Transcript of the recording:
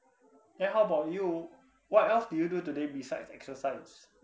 then how about you what else did you do today besides exercise